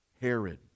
Herod